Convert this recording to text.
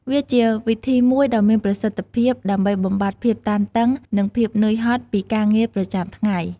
វាជាវិធីមួយដ៏មានប្រសិទ្ធភាពដើម្បីបំបាត់ភាពតានតឹង និងភាពនឿយហត់ពីការងារប្រចាំថ្ងៃ។